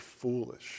foolish